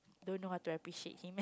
don't know how to appreciate him